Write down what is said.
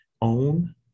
own